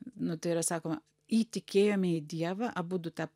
nu tai yra sakoma įtikėjome į dievą abudu tą